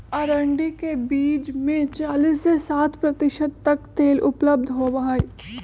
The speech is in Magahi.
अरंडी के बीज में चालीस से साठ प्रतिशत तक तेल उपलब्ध होबा हई